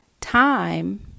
time